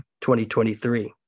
2023